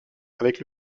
avec